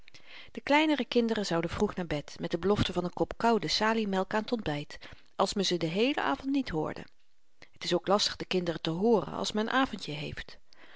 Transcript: de kleinere kinderen zouden vroeg naar bed met de belofte van n kop koude saliemelk aan t ontbyt als men ze den heelen avend niet hoorde t is ook lastig de kinderen te hooren als men n avendje heeft